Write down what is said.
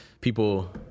people